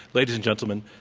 ladies and gentlemen,